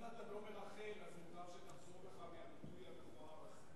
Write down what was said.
אם אתה לא מרכל אז מוטב שתחזור בך מהביטוי המכוער הזה.